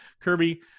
Kirby